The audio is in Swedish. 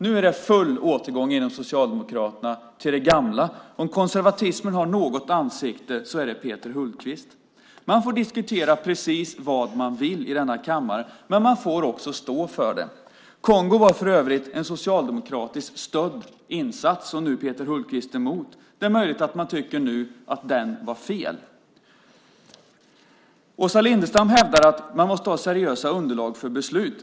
Nu är det full återgång till det gamla inom Socialdemokraterna. Om konservatismen har något ansikte är det Peter Hultqvists. Man får diskutera precis vad man vill i denna kammare, men man får också stå för det. Kongo var för övrigt en socialdemokratiskt stödd insats som Peter Hultqvist nu är emot. Det är möjligt att man nu tycker att den var fel. Åsa Lindestam hävdar att man måste ha seriösa underlag för beslut.